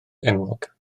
enwog